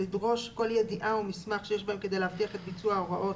לדרוש כל ידיעה ומסמך שיש בהם כדי להבטיח את ביצוע ההוראות